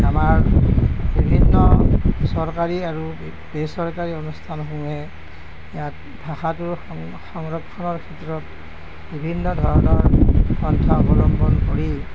আমাৰ বিভিন্ন চৰকাৰী আৰু বেচৰকাৰী অনুষ্ঠানসমূহে ইয়াত ভাষাটোৰ সং সংৰক্ষণৰ ক্ষেত্ৰত বিভিন্ন ধৰণৰ পন্থা অৱলম্বন কৰি